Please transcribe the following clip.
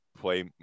play